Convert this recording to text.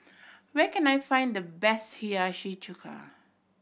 where can I find the best Hiyashi Chuka